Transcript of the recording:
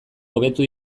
hobetu